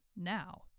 now